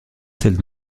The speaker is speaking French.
celle